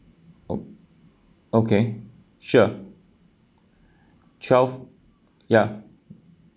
o~ okay sure twelve ya